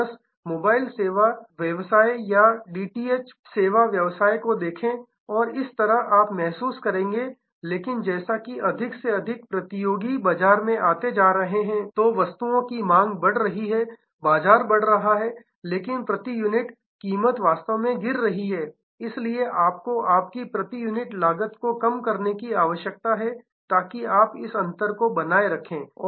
तो बस मोबाइल सेवा व्यवसाय या डीटीएच टीवी सेवा व्यवसाय को देखें और इसी तरह आप महसूस करेंगे लेकिन जैसा कि अधिक से अधिक प्रतियोगि बाजार में आते जा रहे हैं तो वस्तुओं की मांग बढ़ रही है बाजार बढ़ रहा है लेकिन प्रति यूनिट कीमत वास्तव में गिर रही है इसलिए आपको आपकी प्रति यूनिट लागत को भी कम करने की आवश्यकता है ताकि आप इस अंतर को बनाए रखें